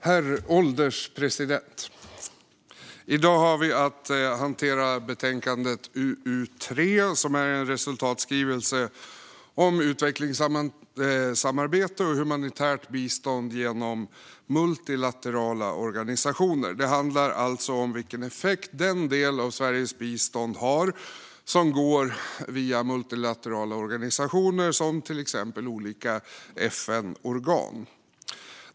Herr ålderspresident! I dag har vi att hantera betänkande UU3, som gäller en resultatskrivelse om utvecklingssamarbete och humanitärt bistånd genom multilaterala organisationer. Det handlar alltså om vilken effekt den del av Sveriges bistånd har som går via multilaterala organisationer, till exempel olika FN-organ.